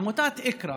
עמותת אקראא.